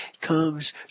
comes